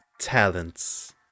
talents